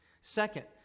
Second